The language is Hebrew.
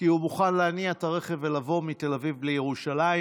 כי הוא מוכן להניע את הרכב ולבוא מתל אביב לירושלים,